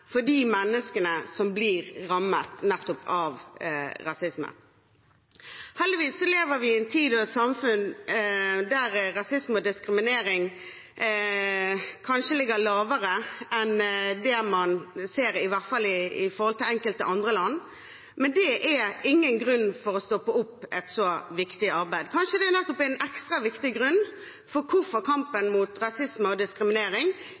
for de menneskene som blir rammet nettopp av rasisme. Heldigvis lever vi i en tid og i et samfunn der forekomsten av rasisme og diskriminering kanskje er mindre enn det man ser i hvert fall i forhold til enkelte andre land, men det er ingen grunn for å stoppe opp et så viktig arbeid. Kanskje er det nettopp en ekstra viktig grunn til at kampen mot rasisme og diskriminering